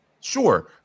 Sure